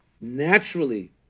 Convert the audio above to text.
naturally